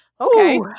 okay